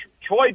Troy